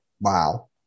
wow